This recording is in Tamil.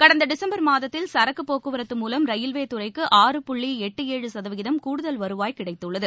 கடந்த டிசம்பர் மாதத்தில் சரக்கு போக்குவரத்து மூலம் ரயில்வே துறைக்கு ஆறு புள்ளி எட்டு ஏழு சதவீதம் கூடுதல் வருவாய் கிடைத்துள்ளது